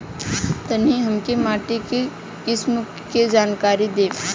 तनि हमें माटी के किसीम के जानकारी देबा?